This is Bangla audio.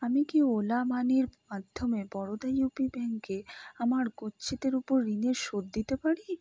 আমি কি ওলা মানির মাধ্যমে বরোদা ইউপি ব্যাঙ্কে আমার গচ্ছিতের উপর ঋণের শোধ দিতে পারি